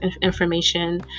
information